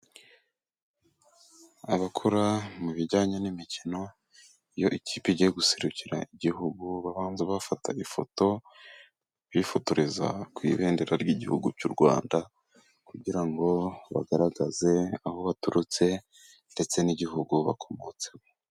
Abakora mu bijyanye n'imikino, iyo ikipe igiye guserukira igihugu babanza bafata ifoto, bifotoreza ku ibendera ry'igihugu cy'u Rwanda kugira ngo bagaragaze aho baturutse ndetse n'igihugu bakomotsemo.